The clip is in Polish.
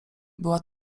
była